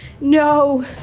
no